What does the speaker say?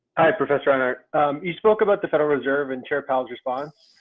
hi, professor. and you spoke about the federal reserve and chair powell's response.